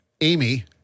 Amy